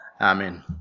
Amen